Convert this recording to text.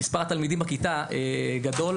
מספר התלמידים בכיתה גדול,